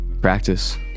Practice